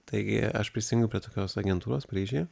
taigi aš prisijungiau prie tokios agentūros paryžiuje